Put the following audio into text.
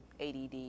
ADD